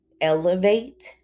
elevate